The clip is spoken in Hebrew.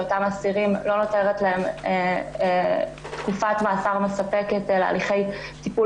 לאותם אסירים לא נותרת תקופת מאסר מספקת אלא הליכי טיפול